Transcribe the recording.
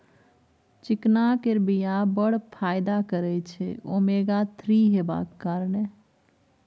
चिकना केर बीया बड़ फाइदा करय छै ओमेगा थ्री हेबाक कारणेँ